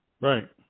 Right